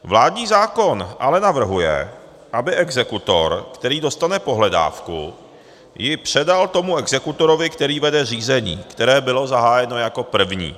Vládní zákon ale navrhuje, aby exekutor, který dostane pohledávku, ji předal tomu exekutorovi, který vede řízení, které bylo zahájeno jako první.